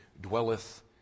dwelleth